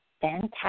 fantastic